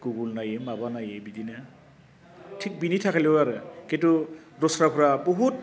Google नाइयो माबा नाइयो बिदिनो थिख बिनि थाखायल' आरो खिन्थु दस्राफ्रा बहुत